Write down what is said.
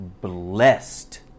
blessed